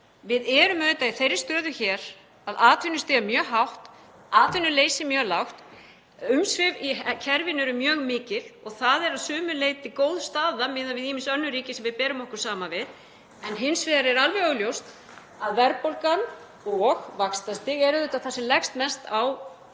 Við erum auðvitað í þeirri stöðu hér að atvinnustig er mjög hátt, atvinnuleysi mjög lágt, umsvif í kerfinu eru mjög mikil og það er að sumu leyti góð staða miðað við ýmis önnur ríki sem við berum okkur saman við. En hins vegar er alveg augljóst að verðbólgan og vaxtastig er það sem leggst mest á